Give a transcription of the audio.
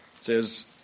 says